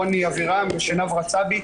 רוני אבירם ושנהב רצאבי.